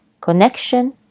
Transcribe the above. Connection